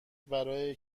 برای